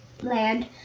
land